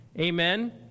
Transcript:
Amen